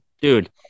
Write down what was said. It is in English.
Dude